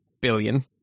billion